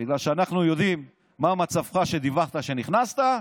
בגלל שאנחנו יודעים מה מצבך שדיווחת עליו כשנכנסת,